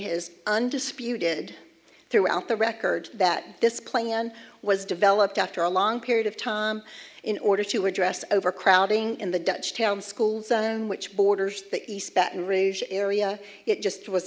is undisputed throughout the record that this playing on was developed after a long period of time in order to address overcrowding in the dutch town schools which borders the respect and rouge area it just was